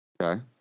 Okay